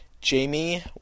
Jamie